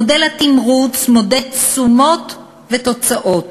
מודל התמרוץ מודד תשומות ותוצאות